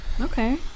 Okay